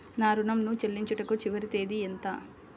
నా ఋణం ను చెల్లించుటకు చివరి తేదీ ఎంత?